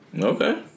Okay